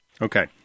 Okay